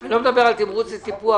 אני לא מדבר על תמרוץ וטיפוח,